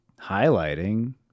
highlighting